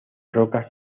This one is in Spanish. rocas